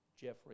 Jeffrey